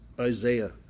Isaiah